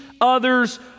others